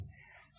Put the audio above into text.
आता पहा